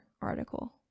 article